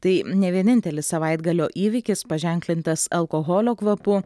tai ne vienintelis savaitgalio įvykis paženklintas alkoholio kvapu